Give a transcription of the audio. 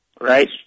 right